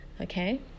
okay